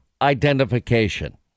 Identification